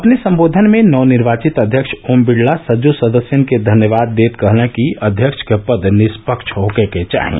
अपने संबोधन में नवनिर्वाचित अध्यक्ष ओम बिड़ला ने सभी सदस्यों का धन्यवाद करते हुए कहा कि अध्यक्ष का पद निष्पक्ष होना चाहिए